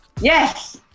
Yes